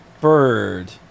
Bird